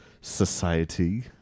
society